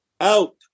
Out